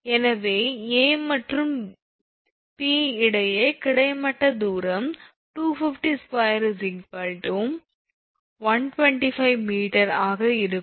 எனவே 𝐴 மற்றும் P இடையே கிடைமட்ட தூரம் 2502 125 𝑚 ஆக இருக்கும்